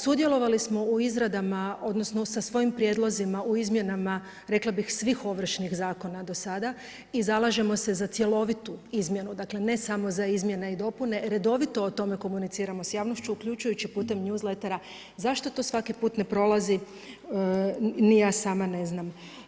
Sudjelovali smo u izradama odnosno sa svojim prijedlozima u izmjenama rekla bih svih ovršnih zakona do sada i zalažemo se za cjelovitu izmjenu, dakle ne samo za izmjene i dopune, redovito o tome komuniciramo s javnošću uključujući putem newslettera zašto to svaki ne prolazi, ni ja sama ne znam.